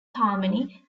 harmony